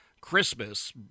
Christmas